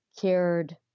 cared